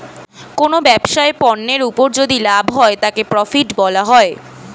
কোনো ব্যবসায় পণ্যের উপর যদি লাভ হয় তাকে প্রফিট বলা হয়